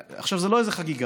עכשיו זו לא איזו חגיגה,